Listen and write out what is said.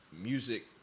music